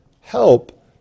help